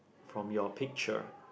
from your picture